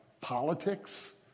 politics